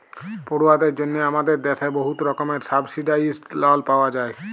পড়ুয়াদের জ্যনহে আমাদের দ্যাশে বহুত রকমের সাবসিডাইস্ড লল পাউয়া যায়